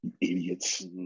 Idiots